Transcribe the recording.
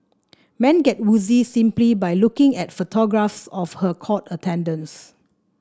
men get woozy simply by looking at photographs of her court attendance